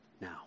Now